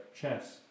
chess